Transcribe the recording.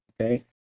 okay